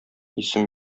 исем